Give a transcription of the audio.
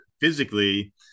physically